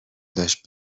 داشت